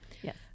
Yes